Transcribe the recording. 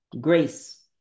Grace